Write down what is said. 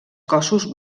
cossos